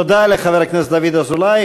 תודה לחבר הכנסת דוד אזולאי.